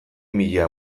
mila